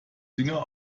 dünger